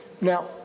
Now